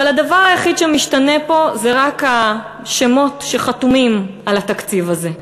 אבל הדבר היחיד שמשתנה פה זה השמות שחתומים על התקציב הזה.